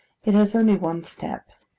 it has only one step,